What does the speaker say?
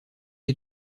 les